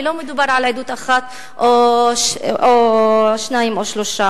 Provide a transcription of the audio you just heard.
לא מדובר על עדות אחת או שתיים או שלוש.